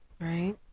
right